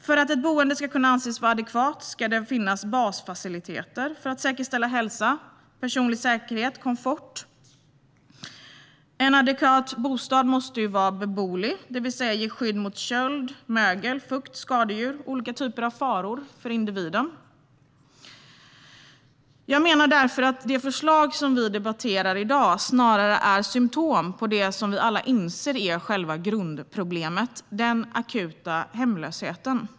För att ett boende ska kunna anses vara adekvat ska det finnas basfaciliteter för att säkerställa hälsa, personlig säkerhet och komfort. En adekvat bostad måste vara beboelig, det vill säga ge skydd mot köld, mögel, fukt, skadedjur och olika typer av faror för individen. Jag menar därför att det förslag som vi debatterar i dag snarare är symtom på det som vi alla inser är själva grundproblemet: den akuta hemlösheten.